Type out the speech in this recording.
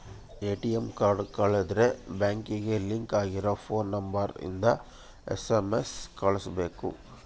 ATM card ಕಳುದ್ರೆ ಬ್ಯಾಂಕಿಗೆ link ಆಗಿರ ಫೋನ್ ನಂಬರ್ ಇಂದ ಎಸ್.ಎಮ್.ಎಸ್ ಕಳ್ಸ್ಬೆಕು